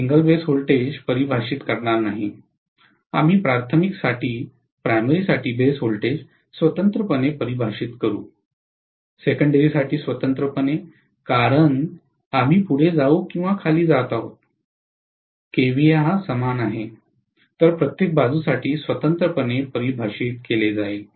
single base voltage परिभाषित करणार नाही आम्ही प्राथमिक साठी बेस व्होल्टेज स्वतंत्रपणे परिभाषित करू सेकंडरीसाठी स्वतंत्रपणे कारण आम्ही पुढे जाऊ किंवा खाली जात आहोत kVA समान आहे तर प्रत्येक बाजूसाठी स्वतंत्रपणे परिभाषित केले जाईल